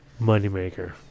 moneymaker